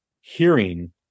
hearing